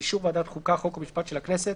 באישור ועדת חוקה חוק ומשפט של הכנסת